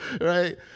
right